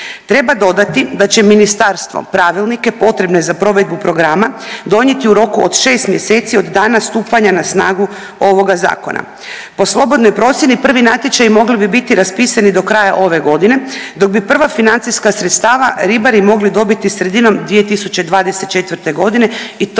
Treba dodati da će ministarstvo pravilnike potrebe za provedbu programa donijeti u roku od 6 mjeseci od dana stupanja na snagu ovoga zakona. Po slobodnoj procjeni prvi natječaji mogli bi biti raspisani do kraja ove godine dok bi prva financijska sredstava ribari mogli dobiti sredinom 2024. godine i to